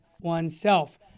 oneself